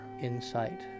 insight